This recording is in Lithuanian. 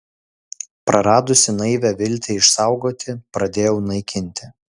praradusi naivią viltį išsaugoti pradėjau naikinti